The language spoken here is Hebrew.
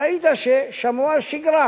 ראית ששמרו על שגרה.